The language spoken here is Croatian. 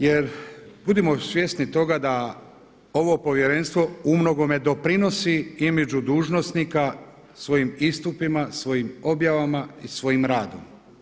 Jer budimo svjesni toga da ovo Povjerenstvo u mnogome doprinosi imageu dužnosnika svojim istupima, svojim objavama i svojim radom.